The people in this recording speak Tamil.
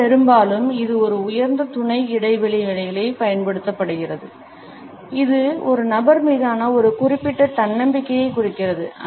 மிக பெரும்பாலும் இது ஒரு உயர்ந்த துணை இடைவினைகளில் பயன்படுத்தப்படுகிறது இது ஒரு நபர் மீதான ஒரு குறிப்பிட்ட தன்னம்பிக்கையை குறிக்கிறது